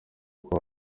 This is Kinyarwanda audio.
kuba